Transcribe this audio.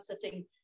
sitting